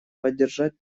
поддержать